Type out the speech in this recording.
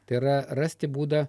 tai yra rasti būdą